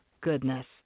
goodness